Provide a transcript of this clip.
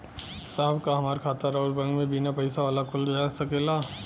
साहब का हमार खाता राऊर बैंक में बीना पैसा वाला खुल जा सकेला?